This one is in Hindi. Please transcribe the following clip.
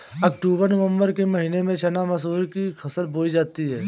अक्टूबर नवम्बर के महीना में चना मसूर की फसल बोई जाती है?